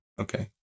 Okay